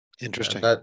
Interesting